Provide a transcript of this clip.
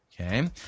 Okay